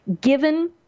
given